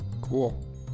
Cool